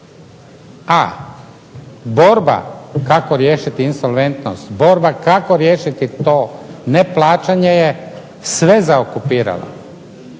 A, borba kako riješiti insolventnost, borba kako riješiti to neplaćanje je sve zaokupirala.